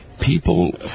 people